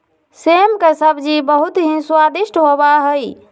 सेम के सब्जी बहुत ही स्वादिष्ट होबा हई